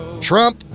Trump